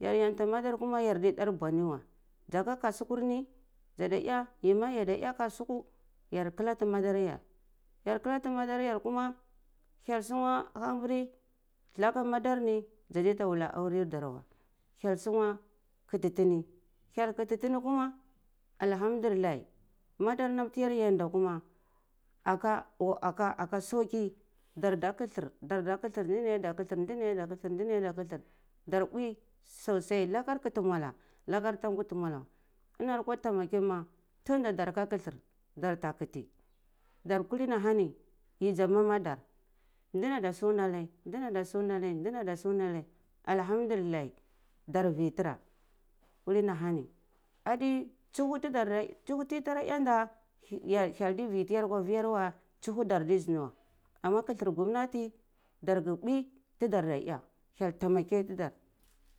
Yar yanta madar kuma yar di dar bwani weh ndza ka kasukuri ni ndza da eh yi mah ya da eh kasuku yar kalati madar yar yar kalti madar yar yar kuma hyel suna ha pari laka madar ni ndza diya da wula aurer dar weh hyel sunwe kati tuni hyel kuti tini koma alhamdulillah har madar nam tiyar yai nda kuma ake sauki dar da kathar dar da kathar ndini yeh ada kathar ndini yeh ada kathlar dar mbwei sosai lakar kati mwala lakar ta kati mwala weh ini akwa taimakeh ma tunda dara ka kathar dar ta kati dar kuli ni are hani yi dza mamar dar ndini ada sunu nana ndani ada sungu nanai alhamdulillah da veh tira kuli ni a hani adi tsohu teyi tara ehnda hyel ta vi tiyar aka vi yar weh toshu dar ta zinda weh ama kathar gomnati dar ka mbwai tarka eh hyel taimakeh tidar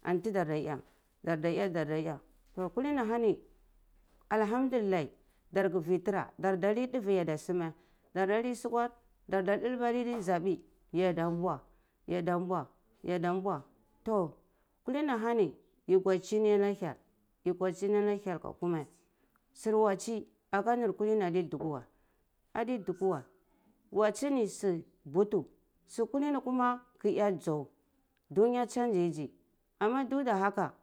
anta dar da eh dar da eh toh kulini ana hani alhamdulillah dar ka vi tira dar da nei duve yada sumeh dar da leh swarar dar da dalbarai zabi ya da mbwa ga da mbwa kulini ahani yi gwaidn ana hyel yi guichini ana hyel ko kume sur watchi aka mi kulini adi dukweu weh hatsi ni su mbatu sur kolini koma kaya dzau dunya changyzy ana kuma duk da haka.